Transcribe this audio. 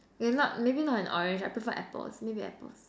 okay not maybe not an orange I prefer apples maybe apples